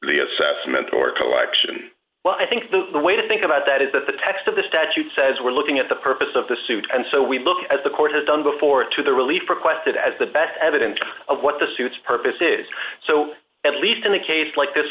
the assessment or collection well i think the way to think about that is that the text of the statute says we're looking at the purpose of the suit and so we look as the court has done before to the relief requested as the best evidence of what the suits purpose is so at least in a case like this